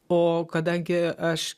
o kadangi aš